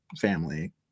family